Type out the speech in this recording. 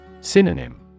Synonym